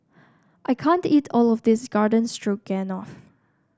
I can't eat all of this Garden Stroganoff